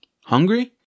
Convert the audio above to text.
Hungry